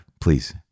please